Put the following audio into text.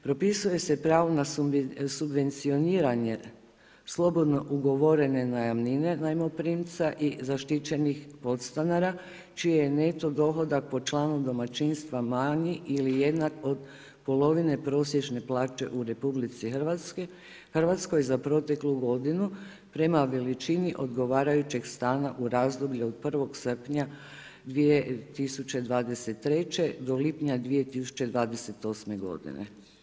Propisuje se pravo na subvencioniranje slobodno ugovorene najamnine najmoprimca i zaštićenih podstanara čiji je neto dohodak po članu domaćinstva manji ili jednak od polovine prosječne plaće u RH za proteklu godinu prema veličini odgovarajućeg stana u razdoblju od 1. srpnja 2013. do lipnja 2028. godine.